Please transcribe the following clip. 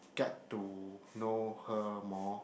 get to know her more